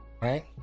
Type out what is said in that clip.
Right